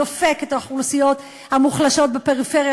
דופק את האוכלוסיות המוחלשות בפריפריה,